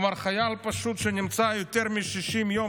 כלומר חייל פשוט שנמצא יותר מ-60 יום